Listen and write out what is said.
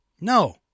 No